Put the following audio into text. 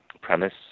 premise